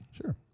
Sure